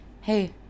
hey